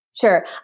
Sure